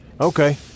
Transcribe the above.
Okay